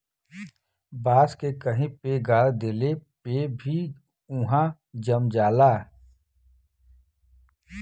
बांस के कहीं पे गाड़ देले पे भी उहाँ जम जाला